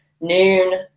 noon